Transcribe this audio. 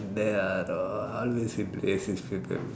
there will always be racist people